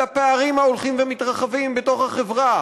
על הפערים ההולכים ומתרחבים בתוך החברה,